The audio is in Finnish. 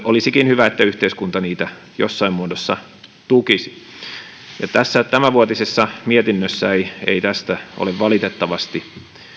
olisikin hyvä että yhteiskunta niitä jossain muodossa tukisi tässä tämänvuotisessa mietinnössä ei ei tästä ole valitettavasti